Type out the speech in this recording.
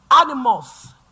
animals